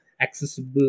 accessible